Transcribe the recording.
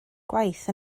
gwaith